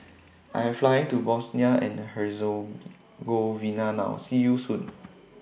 I Am Flying to Bosnia and Herzegovina now See YOU Soon